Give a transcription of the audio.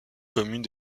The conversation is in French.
commune